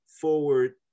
forward